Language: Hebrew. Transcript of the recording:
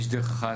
יש דרך אחת.